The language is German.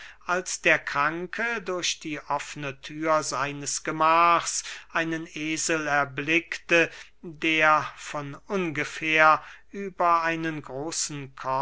als der kranke durch die offne thür seines gemachs einen esel erblickte der von ungefähr über einen großen